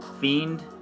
Fiend